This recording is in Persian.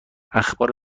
اخبار